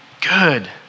Good